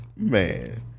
Man